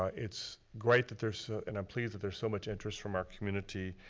it's great that there's, and i'm pleased that there's so much interest from our community